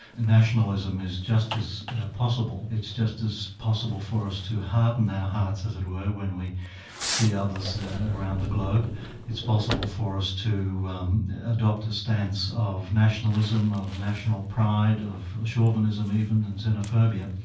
and nationalism is just as possible it's just as possible for us to harden our hearts, as it were, when we see others around the globe it's possible for us to um adopt a stance of nationalism, of national pride, of chauvinism even, and xenophobia.